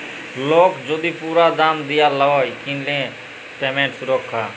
lock যদি পুরা দাম দিয়া লায় কিলে পেমেন্ট সুরক্ষা